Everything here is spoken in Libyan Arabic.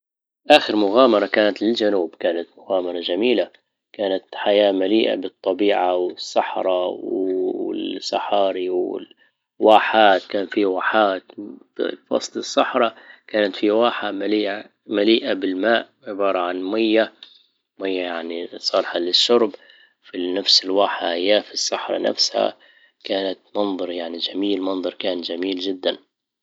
اخر مغامرة كانت للجنوب كانت مغامرة جميلة كانت حياة مليئة بالطبيعة والصحراء و الـ الصحاري و الـ واحات كان في واحات وسط الصحرا كان في واحة مليئة- مليئة بالماء عبارة عن مية- مية يعني صالحة للشرب في نفس الواحة اياه في الصحراء نفسها كانت منظر يعني جميل منظر كان جميل جدا